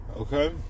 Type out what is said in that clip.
okay